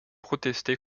protester